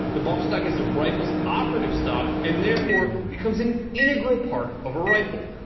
the bump stock is a rifle's operative stock and, therefore, becomes an integral part of a rifle.